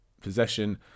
possession